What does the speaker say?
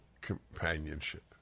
companionship